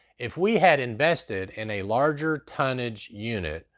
if we had invested in a larger tonnage unit,